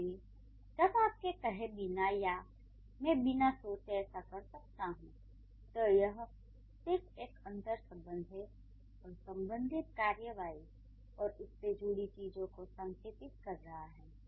इसलिए जब आपके कहे बिना या मैं बिना सोचे ऐसा कर सकता हूँ तो यह सिर्फ एक अंतर्संबंध है और संबंधित कार्रवाई और उससे जुड़ी चीजों को संकेतित कर रहा है